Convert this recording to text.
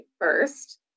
first